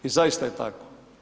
I zaista je tako.